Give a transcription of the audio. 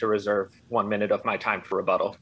to reserve one minute of my time for a bottle